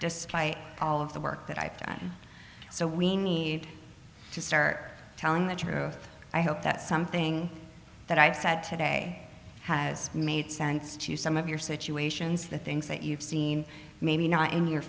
despite all of the work that i've done so we need to start telling the truth i hope that something that i've said today has made sense to some of your situations the things that you've seen maybe not in your